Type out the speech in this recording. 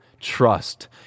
trust